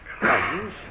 comes